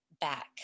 back